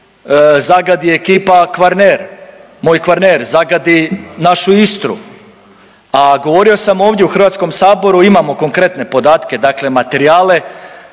zagadi ekipa Kvarner, moj Kvarner, zagadi našu Istru, a govorio sam ovdje u HS-u imamo konkretne podatke dakle materijale